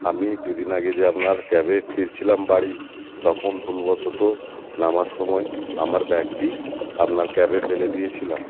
আমি দুদিন আগে যে আপনার ক্যাবে ফিরছিলাম বাড়ি তখন ভুলবশত নামার সময় আমার ব্যাগটি আপনার ক্যাবে ফেলে দিয়েছিলাম